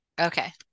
Okay